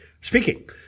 speaking